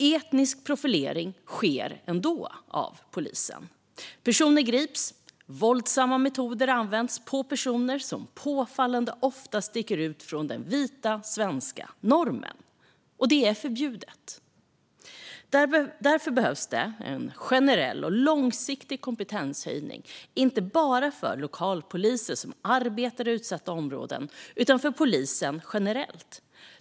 Etnisk profilering från polisen sker ändå. Personer grips, och våldsamma metoder används mot personer som påfallande ofta sticker ut från den vita svenska normen. Detta är förbjudet. Därför behövs det en generell och långsiktig kompetenshöjning, inte bara för lokalpoliser som arbetar i utsatta områden utan för polisen generellt.